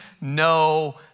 no